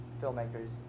filmmakers